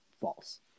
false